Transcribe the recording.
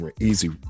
easy